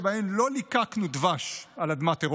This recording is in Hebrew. שבהן לא ליקקנו דבש על אדמת אירופה,